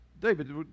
David